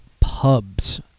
Pubs